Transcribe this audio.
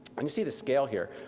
and you see the scale here.